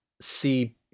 see